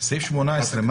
מה זה סעיף 18,